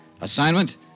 Assignment